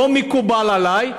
לא מקובל עלי,